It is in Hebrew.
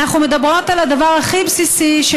אנחנו מדברות על הדבר הכי בסיסי של